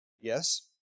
Yes